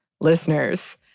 listeners